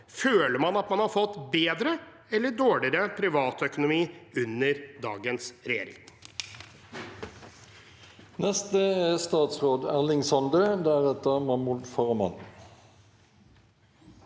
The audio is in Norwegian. Føler man at man har fått bedre eller dårligere privatøkonomi under dagens regjering?